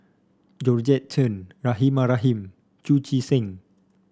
Georgette Chen Rahimah Rahim Chu Chee Seng